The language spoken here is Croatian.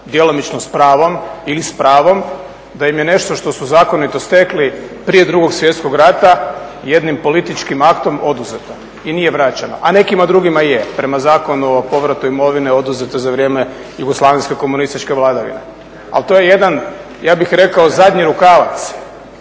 djelomično s pravom da im je nešto što su zakonito stekli prije 2. svjetskog rata jednim političkim aktom oduzeto i nije vraćeno, a nekima drugima je. Prema Zakonu o povratu imovine oduzetoj za vrijeme jugoslavenske komunističke vladavine. Ali to je jedan ja bih rekao zadnji rukavac